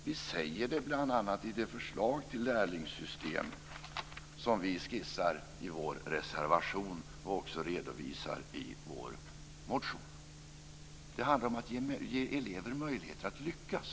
Vi säger det bl.a. i det förslag till lärlingssystem som vi skissar i vår reservation och redovisar i vår motion. Det handlar om att ge elever möjligheter att lyckas.